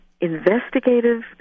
investigative